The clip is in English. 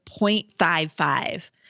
0.55